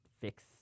fix